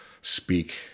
speak